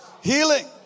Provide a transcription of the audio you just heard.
healing